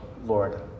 Lord